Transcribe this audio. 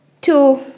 Two